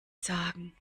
sagen